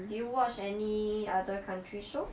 do you watch any other country show